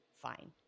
fine